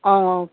অঁ অঁ